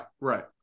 Right